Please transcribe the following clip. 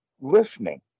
listening